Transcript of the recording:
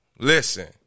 Listen